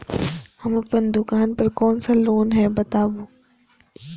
हम अपन दुकान पर कोन सा लोन हैं बताबू?